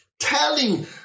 telling